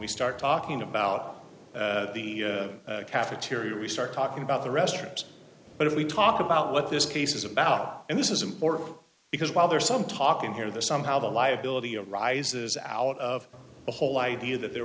we start talking about the cafeteria we start talking about the restaurant but if we talk about what this case is about and this is important because while there is some talk in here that somehow the liability arises out of the whole idea that there